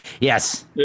yes